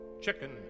Chicken